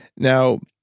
now,